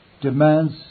demands